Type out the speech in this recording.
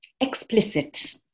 explicit